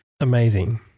amazing